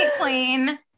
clean